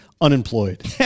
unemployed